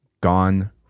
gone